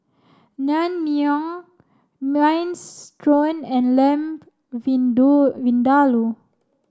Naengmyeon Minestrone and Lamb Vindaloo